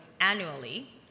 annually